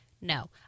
No